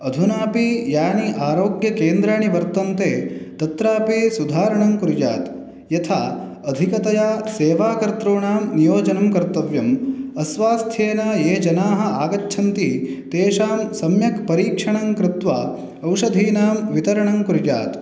अधुनापि यानि आरोग्यकेन्द्राणि वर्तन्ते तत्रापि सुधारणं कुर्यात् यथा अधिकतया सेवाकर्तॄणां नियोजनं कर्तव्यं अस्वास्थेन ये जनाः आगच्छन्ति तेषां सम्यक् परीक्षणं कृत्वा औषधीनां वितरणं कुर्यात्